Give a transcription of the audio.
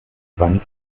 wand